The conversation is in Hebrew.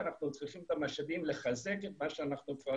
ואנחנו צריכים את המשאבים לחזק את מה שאנחנו כבר